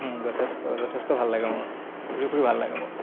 যথেষ্ট যথেষ্ট ভাল লাগে মোৰ ঘূৰি ফুৰি ভাল লাগে মোৰ